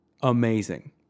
Amazing